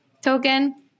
token